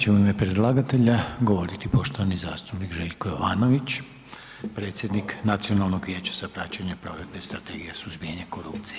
Sad će u ime predlagatelja govoriti poštovani zastupnik Željko Jovanović, predsjednik Nacionalnog vijeća za praćenje provedbe Strategije suzbijanja korupcije.